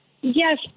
Yes